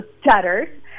stutters